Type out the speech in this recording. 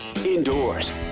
Indoors